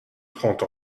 trente